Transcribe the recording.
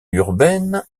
urbaine